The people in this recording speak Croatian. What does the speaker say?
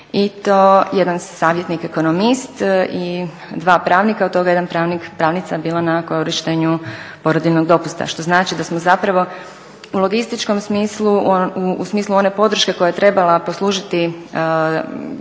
i to jedan savjetnik ekonomist i 2 pravnika, od toga je jedan pravnik, pravnica bila na korištenju porodiljnog dopusta. Što znači da smo zapravo u logističkom smislu, u smislu one podrške koja je trebala poslužiti kao